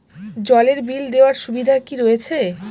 জলের বিল দেওয়ার সুবিধা কি রয়েছে?